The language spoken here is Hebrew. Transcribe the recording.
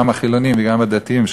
גם החילונים וגם הדתיים,